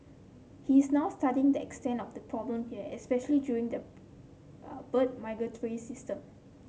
he is now studying the extent of the problem here especially during the bird migratory season